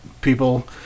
people